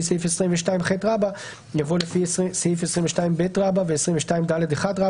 סעיף 22ח" יבוא "לפי סעיף 22ב ו-22ד1(ד)(2)